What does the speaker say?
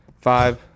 five